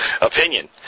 opinion